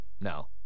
No